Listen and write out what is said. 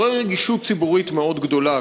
מעורר רגישות ציבורית מאוד גדולה.